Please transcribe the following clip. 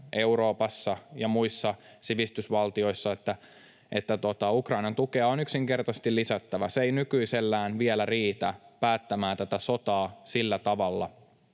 Euroopassa ja muissa sivistysvaltioissa, että Ukrainan tukea on yksinkertaisesti lisättävä. Se ei nykyisellään vielä riitä päättämään tätä sotaa sillä tavalla,